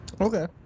Okay